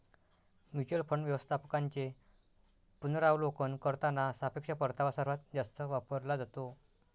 mutual fund व्यवस्थापकांचे पुनरावलोकन करताना सापेक्ष परतावा सर्वात जास्त वापरला जातो